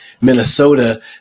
Minnesota